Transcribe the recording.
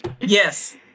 Yes